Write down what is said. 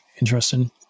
interesting